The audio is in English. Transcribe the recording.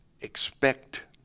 expect